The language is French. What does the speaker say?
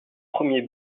premier